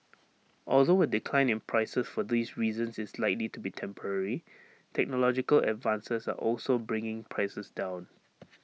although A decline in prices for these reasons is likely to be temporary technological advances are also bringing prices down